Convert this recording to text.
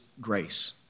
grace